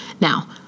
Now